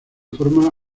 forma